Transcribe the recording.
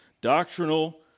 doctrinal